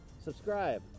subscribe